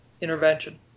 intervention